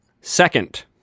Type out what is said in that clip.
second